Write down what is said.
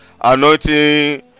Anointing